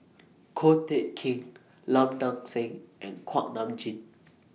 Ko Teck Kin Lim Nang Seng and Kuak Nam Jin